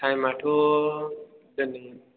टाइमआथ' दिनै